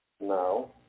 No